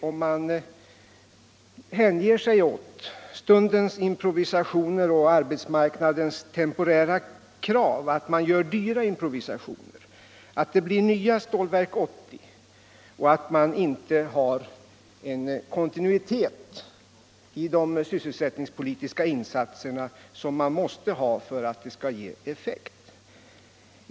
Om man hänger sig åt stundens improvisationer och arbetsmarknadens temporära krav, är risken att man gör dåliga improvisationer, att det blir nya Stålverk 80 och att man inte har den kontinuitet i de sysselsättningspolitiska insatserna som man måste ha för att de skall få effekt.